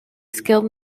skilled